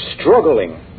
struggling